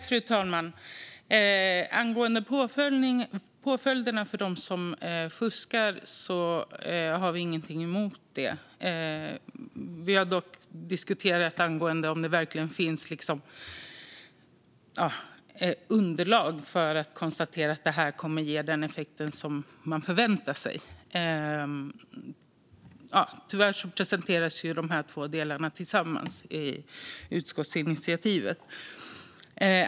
Fru talman! Angående påföljderna för dem som fuskar har vi ingenting emot det. Vi har dock diskuterat om det verkligen finns underlag för att konstatera att detta kommer att ge den effekt som man förväntar sig. Tyvärr presenteras ju de här två delarna tillsammans i utskottsinitiativet.